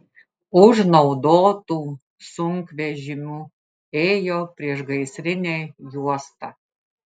už naudotų sunkvežimių ėjo priešgaisrinė juosta